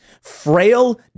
frail